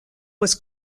was